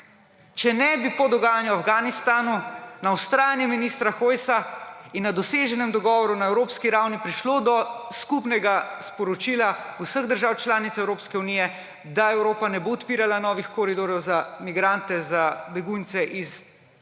Če ne bi po dogajanju v Afganistanu na vztrajanje ministra Hojsa in na doseženem dogovoru na evropski ravni prišlo do skupnega sporočila vseh držav članic Evropske unije, da Evropa ne bo odpirala novih koridorjev za migrante, za begunce iz Afganistana,